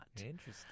Interesting